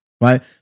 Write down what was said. right